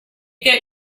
get